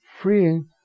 freeing